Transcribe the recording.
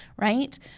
right